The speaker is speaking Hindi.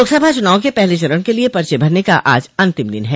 लोकसभा च्रनाव के पहले चरण के लिए पर्चे भरने का आज अंतिम दिन है